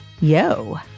yo